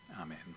Amen